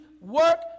work